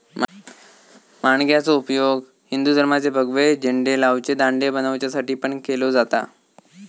माणग्याचो उपयोग हिंदू धर्माचे भगवे झेंडे लावचे दांडे बनवच्यासाठी पण केलो जाता